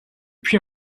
puy